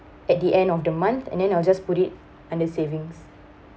at the end of the month and then I'll just put it under savings